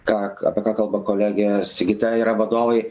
ką apie ką kalba kolegė sigita yra vadovai